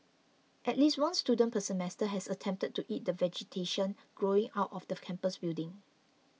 at least one student per semester has attempted to eat the vegetation growing out of the campus building